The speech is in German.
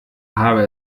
habe